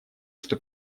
что